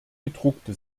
gedruckte